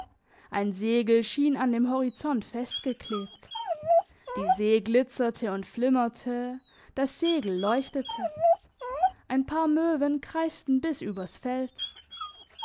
ein segel schien an dem horizont festgeklebt die see glitzerte und flimmerte das segel leuchtete ein paar möwen kreisten bis übers feld